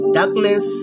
darkness